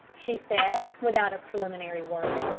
she said, without a preliminary word.